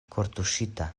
kortuŝita